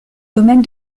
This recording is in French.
domaine